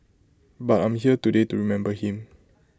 but I'm here today to remember him